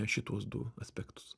šituos du aspektus